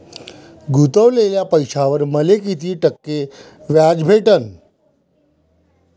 गुतवलेल्या पैशावर मले कितीक टक्के व्याज भेटन?